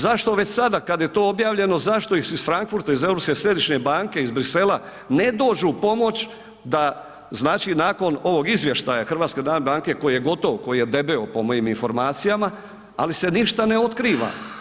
Zašto već sada kad je to objavljeno zašto iz Frankfurta iz Europske središnje banke iz Bruxellesa ne dođu pomoći da znači nakon ovog izvještaja HNB-a koji je gotov koji je debeo po mojim informacijama, ali se ništa ne otkriva.